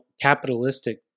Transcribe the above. capitalistic